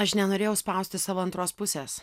aš nenorėjau spausti savo antros pusės